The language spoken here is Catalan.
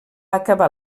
acabar